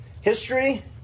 history